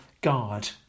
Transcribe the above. guard